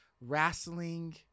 wrestling